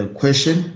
question